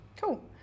Cool